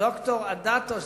ד"ר אדטו,